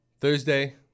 Thursday